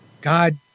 God